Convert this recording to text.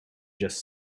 just